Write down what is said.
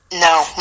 No